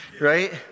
Right